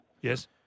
Yes